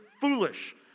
foolish